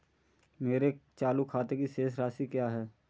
मेरे चालू खाते की शेष राशि क्या है?